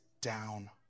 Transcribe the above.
down